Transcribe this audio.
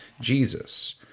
Jesus